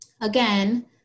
again